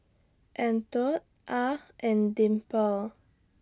Antione Ah and Dimple